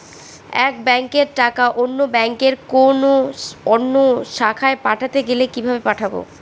এক ব্যাংকের টাকা অন্য ব্যাংকের কোন অন্য শাখায় পাঠাতে গেলে কিভাবে পাঠাবো?